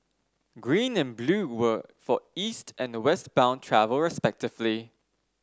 green and blue were for East and West bound travel respectively